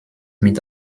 mit